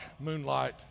Moonlight